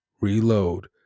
reload